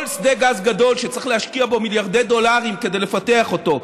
כל שדה גז גדול שצריך להשקיע בו מיליארדי דולרים כדי לפתח אותו,